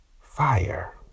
fire